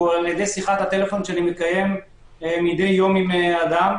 על-ידי שיחת הטלפון שאני מקיים מדי יום עם אדם,